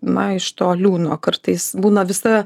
na iš to liūno kartais būna visa